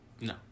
No